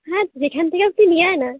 হ্যাঁ যেখান থেকে খুশি নিয়ে আয় না